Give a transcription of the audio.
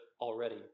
already